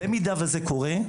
אם זה קורה,